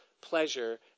pleasure